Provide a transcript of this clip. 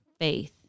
faith